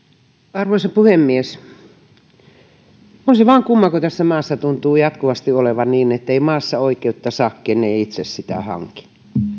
arvoisa puhemies on se vaan kumma kun tässä maassa tuntuu jatkuvasti olevan niin ettei maassa oikeutta saa ken ei itse sitä hanki